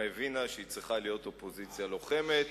הבינה שהיא צריכה להיות אופוזיציה לוחמת,